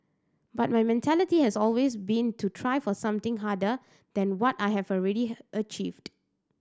but my mentality has always been to try for something harder than what I have already achieved